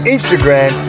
Instagram